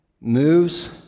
moves